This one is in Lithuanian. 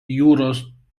jūros